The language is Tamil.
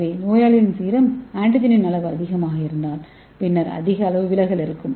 எனவே நோயாளியின் சீரம் ஆன்டிஜெனின் அளவு அதிகமாக இருந்தால் பின்னர் அதிக அளவு விலகல் இருக்கும்